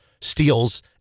steals